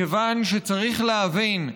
מכיוון שצריך להבין: